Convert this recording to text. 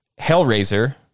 Hellraiser